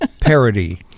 parody